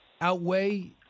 outweigh